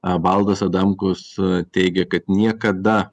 a valdas adamkus teigia kad niekada